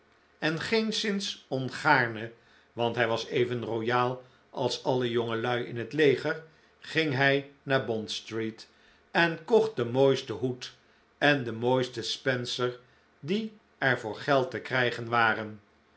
en geenszins ongaarne want hij was even royaal als alle jongelui in het leger ging hij naar bond street en kocht den mooisten hoed en den mooisten spencer die er voor geld te krijgen waren